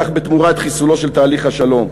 קח בתמורה את חיסולו של תהליך השלום.